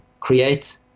create